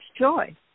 joy